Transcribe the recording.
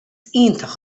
iontach